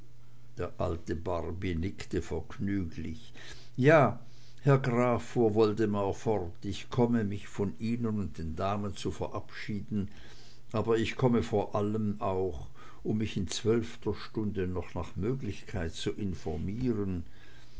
der alte barby nickte vergnüglich ja herr graf fuhr woldemar fort ich komme mich von ihnen und den damen zu verabschieden aber ich komme vor allem auch um mich in zwölfter stunde noch nach möglichkeit zu informieren